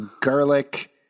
garlic